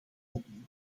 opnieuw